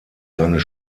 seines